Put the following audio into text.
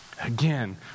Again